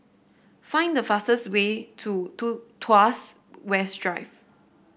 find the fastest way to Tu Tuas West Drive